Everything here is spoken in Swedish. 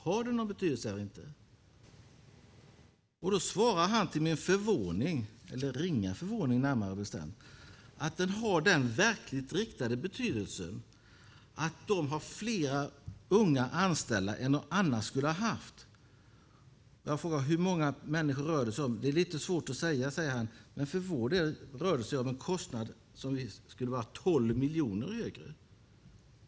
Han svarade till min ringa förvåning att den har den verkligt riktade betydelsen att de har fler unga anställda än de annars skulle ha haft. Jag frågade hur många människor det rör sig om. Det är lite svårt att säga, svarade Carl Fredrik Graf, men för vår del rör det sig om en kostnad som annars skulle ha varit 12 miljoner högre.